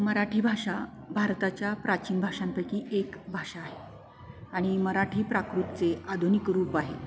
मराठी भाषा भारताच्या प्राचीन भाषांपैकी एक भाषा आहे आणि मराठी प्राकृतचे आधुनिक रूप आहे